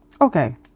Okay